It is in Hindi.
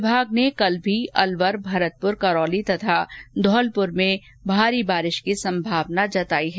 विभाग ने कल भी अलवर भरतपुर करौली तथा धौलपुर में भारी बारिश की संभावना जताई है